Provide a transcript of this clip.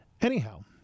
anyhow